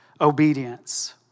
obedience